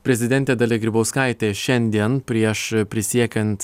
prezidentė dalia grybauskaitė šiandien prieš prisiekiant